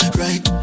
right